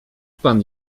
pan